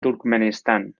turkmenistán